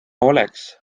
oleks